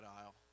aisle